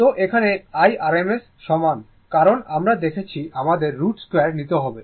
তো এখানে IRMS সমান কারণ আমরা দেখেছি আমাদের root2 নিতে হবে